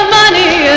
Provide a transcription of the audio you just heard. money